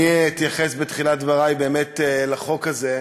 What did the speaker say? אני אתייחס בתחילת דברי באמת לחוק הזה,